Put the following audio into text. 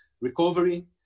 recovery